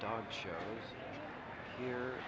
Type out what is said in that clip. dog show here